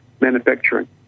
manufacturing